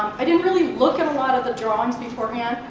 i didn't really look at a lot of the drawings beforehand.